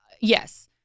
yes